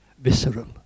visceral